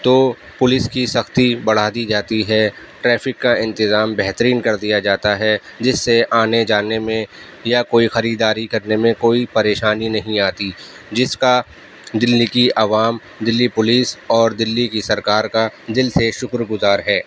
تو پولیس کی سختی بڑھا دی جاتی ہے ٹریفک کا انتظام بہترین کر دیا جاتا ہے جس سے آنے جانے میں یا کوئی خریداری کرنے میں کوئی پریشانی نہیں آتی جس کا دلّی کی عوام دلّی پولیس اور دلّی کی سرکار کا دل سے شکرگزار ہے